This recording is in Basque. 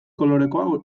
kolorekoa